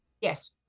Yes